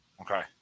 Okay